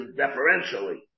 deferentially